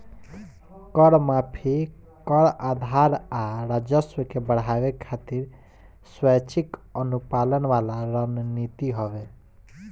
कर माफी, कर आधार आ राजस्व के बढ़ावे खातिर स्वैक्षिक अनुपालन वाला रणनीति हवे